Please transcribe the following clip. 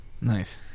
Nice